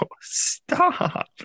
stop